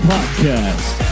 Podcast